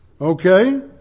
Okay